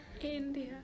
India